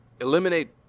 Eliminate